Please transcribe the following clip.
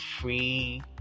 free